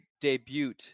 debut